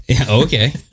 Okay